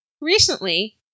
Recently